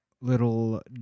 little